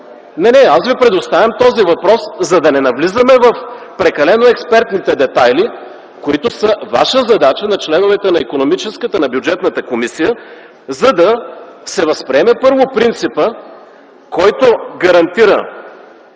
Не, не! Аз Ви предоставям този въпрос, за да не навлизаме в прекалено експертните детайли, които са ваша задача – на членовете на Икономическата комисия, на Бюджетната комисия, за да се възприеме първо принципът, който гарантира